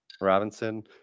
Robinson